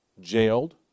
jailed